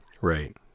Right